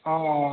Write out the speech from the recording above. औ